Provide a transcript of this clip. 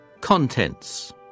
contents